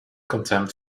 contempt